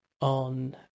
on